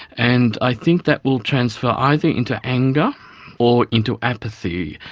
and i think that will transfer either into anger or into apathy.